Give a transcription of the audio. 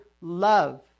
love